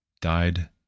died